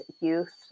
youth